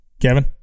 Kevin